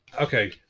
Okay